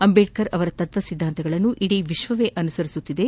ಅಂಬೇಡ್ಕರ್ ಅವರ ತತ್ವ ಸಿದ್ದಾಂತಗಳನ್ನು ಇಡೀ ವಿಶ್ವವೇ ಅನುಸರಿಸುತ್ತಿದೆ